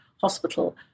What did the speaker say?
hospital